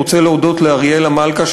אני רוצה להודות לאריאלה מלכה,